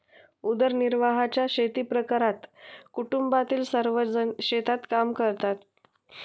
उदरनिर्वाहाच्या शेतीप्रकारात कुटुंबातील सर्वजण शेतात काम करतात